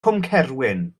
cwmcerwyn